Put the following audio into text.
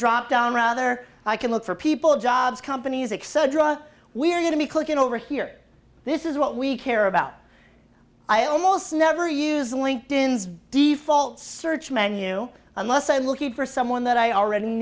dropdown rather i can look for people jobs companies excel drama we're going to be clicking over here this is what we care about i almost never use linked in's de fault search menu unless i look it for someone that i already